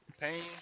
Pain